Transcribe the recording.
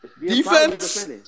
Defense